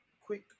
quick